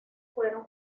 fueron